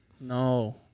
No